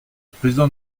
président